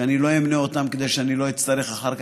שאני לא אמנה אותם כדי שאני לא אצטרך אחר כך,